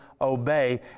obey